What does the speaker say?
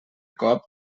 cop